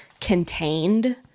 contained